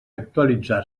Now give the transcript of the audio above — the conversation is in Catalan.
actualitzar